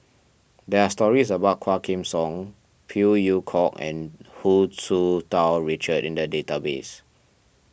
there are stories about Quah Kim Song Phey Yew Kok and Hu Tsu Tau Richard in the database